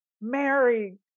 Mary